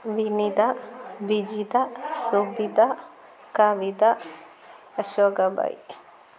Vinitha Vijitha Subitha Kavitha Ashokabhai